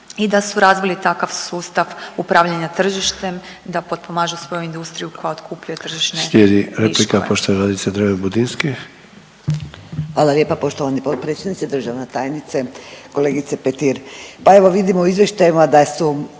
i da su razvili takav sustav upravljanja tržištem da potpomažu svoju industriju koja otkupljuje tržišne viškove.